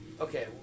Okay